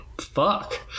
fuck